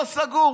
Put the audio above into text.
לא סגור,